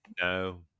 no